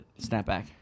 snapback